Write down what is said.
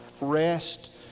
Rest